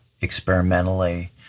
experimentally